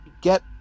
get